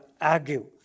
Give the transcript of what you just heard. argue